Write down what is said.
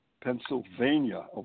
Pennsylvania